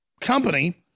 company